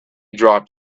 dropped